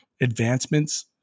advancements